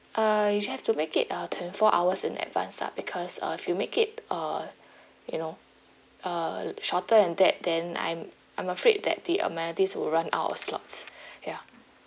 uh you have to make it uh twenty four hours in advance lah because uh if you make it uh you know uh shorter than that then I'm I'm afraid that the amenities will run out of slots ya